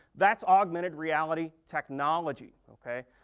that's augmented reality technology, okay.